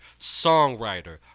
songwriter